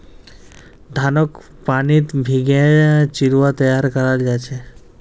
धानक पानीत भिगे चिवड़ा तैयार कराल जा छे